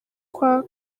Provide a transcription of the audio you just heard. kwa